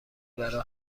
برا